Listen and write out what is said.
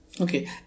Okay